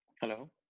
Hello